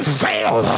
fail